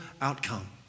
outcome